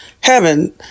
heaven